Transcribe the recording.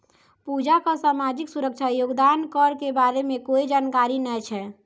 पूजा क सामाजिक सुरक्षा योगदान कर के बारे मे कोय जानकारी नय छै